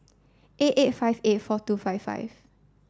eight eight five eight four two five five